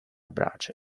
brace